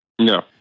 No